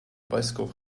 bicycle